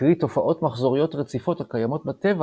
קרי תופעות מחזוריות רציפות הקיימות בטבע,